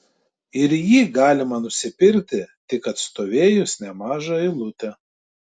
ir jį galima nusipirkti tik atstovėjus nemažą eilutę